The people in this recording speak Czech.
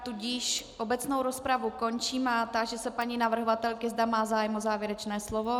Tudíž obecnou rozpravu končím a táži se paní navrhovatelky, zda má zájem o závěrečné slovo.